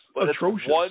atrocious